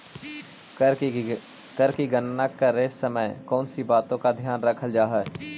कर की गणना करे समय कौनसी बातों का ध्यान रखल जा हाई